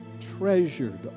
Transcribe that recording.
treasured